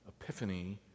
epiphany